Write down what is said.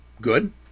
good